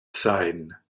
sein